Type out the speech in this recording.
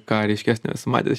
ką ryškesnio esu matęs